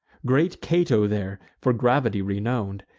great cato there, for gravity renown'd,